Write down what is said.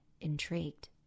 intrigued